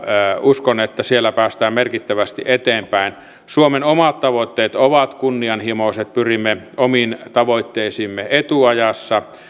uskon että siellä päästään merkittävästi eteenpäin suomen omat tavoitteet ovat kunnianhimoiset pyrimme omiin tavoitteisiimme etuajassa